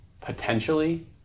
potentially